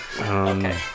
Okay